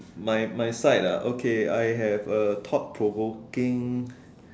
my my side ah okay I have a thought provoking